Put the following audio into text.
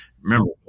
Remember